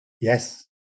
yes